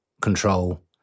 control